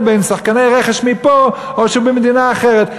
בין שחקני רכש מפה או שהם ממדינה אחרת.